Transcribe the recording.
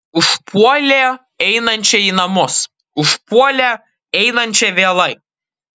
užpuolė einančią į namus užpuolė einančią vėlai